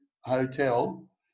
hotel